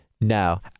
No